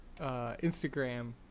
Instagram